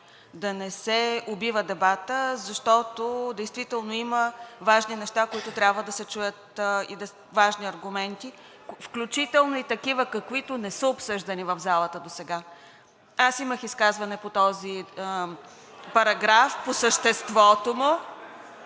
да не се убива дебатът, защото действително има важни неща, които трябва да се чуят – важни аргументи, включително и такива, каквито не са обсъждани в залата досега. Аз имах изказване по този параграф, по съществото му,